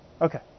Okay